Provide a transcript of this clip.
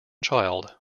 child